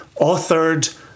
Authored